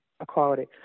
Equality